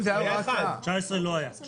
בכנסת התשע-עשרה לא היה.